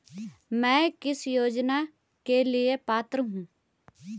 मैं किस योजना के लिए पात्र हूँ?